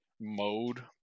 mode